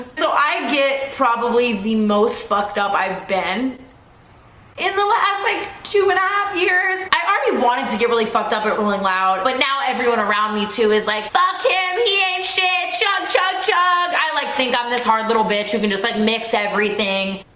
so i get probably the most fucked up i've been in the last like two and a half years i already wanted to get really fucked up at willing loud. but now everyone around me too is like fuck him. he ain't shit yeah ah chug-chug-chug. i like think i'm this hard little bitch who can just like mix everything.